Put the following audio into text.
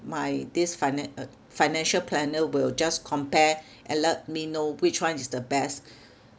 my this fina~ uh financial planner will just compare and let me know which one is the best